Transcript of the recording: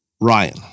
Ryan